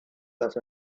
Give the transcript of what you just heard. that